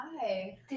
Hi